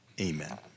amen